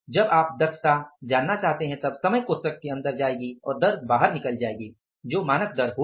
जब आप दक्षता जानना चाहते हैं तब समय कोष्ठक के अंदर जाएगी और दर बाहर आएगी जो मानक दर होगी